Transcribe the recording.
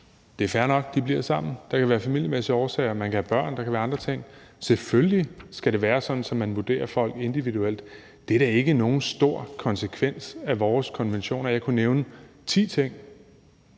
Det er fair nok, at de bliver sammen; der kan være familiemæssige årsager, man kan have børn, og der kan være andre ting. Selvfølgelig skal det være sådan, at man vurderer folk individuelt. Det er da ikke nogen stor konsekvens af vores konventioner. Jeg kunne nævne ti ting